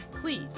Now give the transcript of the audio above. please